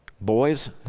Boys